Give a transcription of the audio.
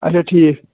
اَچھا ٹھیٖک